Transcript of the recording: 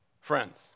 Friends